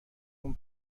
اون